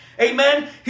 Amen